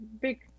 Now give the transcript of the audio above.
big